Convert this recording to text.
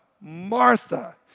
Martha